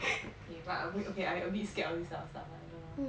okay but I w~ I a bit scared of this type of stuff lah I don't know